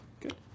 good